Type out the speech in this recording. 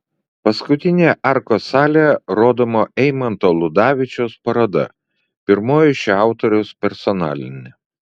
paskutinėje arkos salėje rodoma eimanto ludavičiaus paroda pirmoji šio autoriaus personalinė